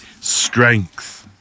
strength